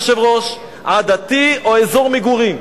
עדתי או אזור מגורים,